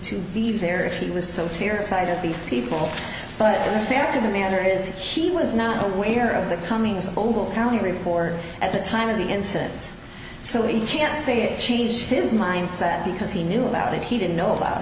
to be there if he was so terrified of these people but the fact of the matter is he was not aware of the coming simple county report at the time of the incident so we can't say it changed his mindset because he knew about it he didn't know about